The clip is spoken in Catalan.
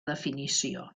definició